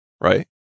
right